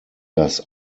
das